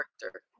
character